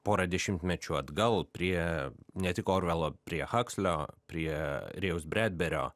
porą dešimtmečių atgal prie ne tik orvelo prie hakslio prie rėjaus bredberio